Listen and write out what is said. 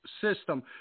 system